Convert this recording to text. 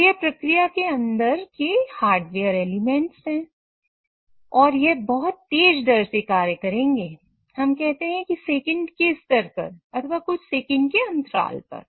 तो यह प्रक्रिया के अंदर के हार्डवेयर एलिमेंट है और यह बहुत तेज दर से कार्य करेंगे हम कहते हैं कि सेकंड के स्तर पर अथवा कुछ सेकंड के अंतराल पर